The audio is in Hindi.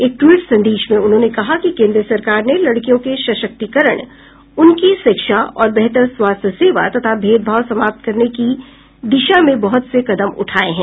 एक ट्वीट संदेश में उन्होंने कहा कि केंद्र सरकार ने लडकियों के सशक्तिकरण उनकी शिक्षा और बेहतर स्वास्थ्य सेवा तथा भेदभाव समाप्त करने की दिशा में बहुत से कदम उठाए हैं